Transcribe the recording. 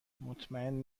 مطمئن